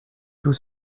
tout